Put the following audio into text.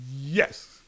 Yes